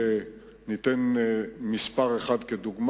אני אתן דוגמה: